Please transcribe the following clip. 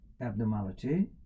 abnormality